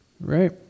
Right